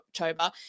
October